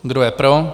Kdo je pro?